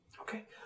Okay